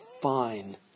fine